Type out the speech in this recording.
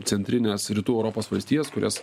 centrines rytų europos valstijas kurias